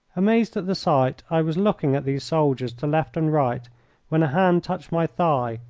amazed at the sight i was looking at these soldiers to left and right when a hand touched my thigh,